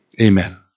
Amen